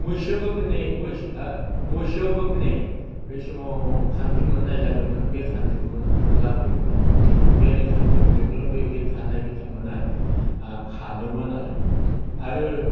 मैसो गोमोनि मैसोआव गोमनि बे समाव खानजि मोननाय जादोमोन बे खाजिगौमोन लाबोयोमोन बे खानजि गुदिजोंनो बेबायदि खाननाय बिथांमोनहा खानोमोन आरो आरो